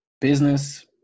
business